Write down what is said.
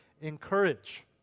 encourage